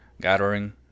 gathering